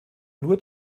nur